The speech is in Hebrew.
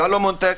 סלומון טקה.